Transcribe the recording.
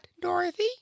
dorothy